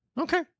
Okay